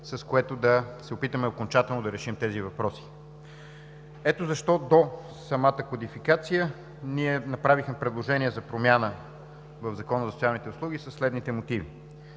с което да се опитаме окончателно да решим тези въпроси. Ето защо до самата кодификация ние направихме предложение за промяна в Закона за социалните услуги със следните мотиви: